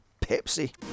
Pepsi